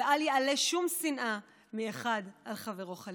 ואל יעלה שום שנאה מאחד על חברו חלילה".